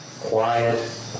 quiet